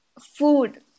Food